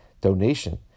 donation